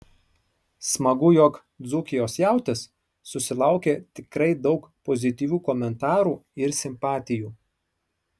smagu jog dzūkijos jautis susilaukė tikrai daug pozityvių komentarų ir simpatijų